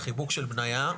החיבוק של בנייה,